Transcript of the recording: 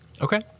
Okay